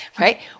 Right